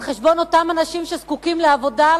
על חשבון אותם אנשים שזקוקים לעבודה,